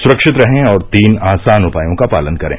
सुरक्षित रहें और तीन आसान उपायों का पालन करें